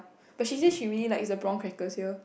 but she say she really likes the prawn crackers here